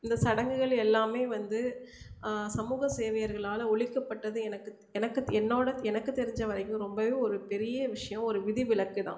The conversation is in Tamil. இந்த சடங்குகள் எல்லாமே வந்து சமூக சேவையர்களால ஒழிக்கப்பட்டது எனக்கு எனக்கு என்னோடய எனக்கு தெரிஞ்ச வரைக்கும் ரொம்பவே ஒரு பெரிய விஷயம் ஒரு விதிவிளக்குதான்